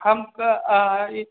हम तऽ आ ई